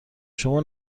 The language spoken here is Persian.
شما